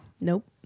Nope